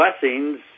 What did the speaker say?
blessings